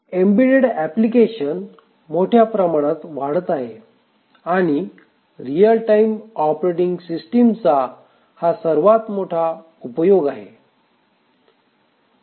embedded application मोठ्या प्रमाणात वाढतं आहेत आणि रियल टाइम ऑपरेटिंग सिस्टीमचा हा सर्वात मोठा उपयोग आहे